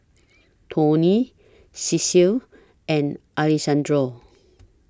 Toney Cecil and Alexandro